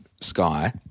Sky